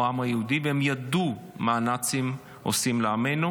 העם היהודי והם ידעו מה הנאצים עושים לעמנו,